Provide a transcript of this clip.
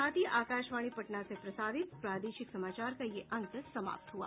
इसके साथ ही आकाशवाणी पटना से प्रसारित प्रादेशिक समाचार का ये अंक समाप्त हुआ